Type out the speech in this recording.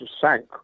sank